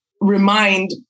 remind